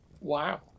Wow